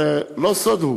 הרי לא סוד הוא